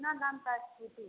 इतना दाम का इस्कूटी है